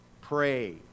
pray